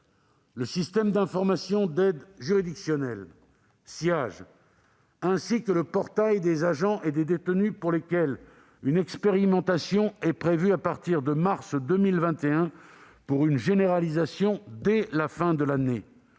le système d'information de l'aide juridictionnelle (SIAJ), le portail des agents et des détenus pour lequel une expérimentation est prévue à partir de mars 2021 en vue d'une généralisation dès la fin de l'année